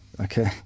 Okay